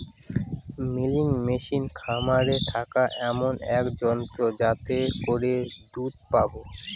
milking machine খামারে থাকা এমন এক যন্ত্র যাতে করে দুধ পাবো